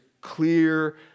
clear